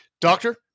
doctor